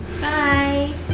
Bye